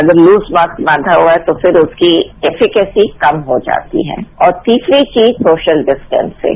अगर loose mask बांधा हुआ है तो फिर उसकी कैपिसिटी कम हो जाती है और तीसरी चीज सोशल डिस्टेंसिंग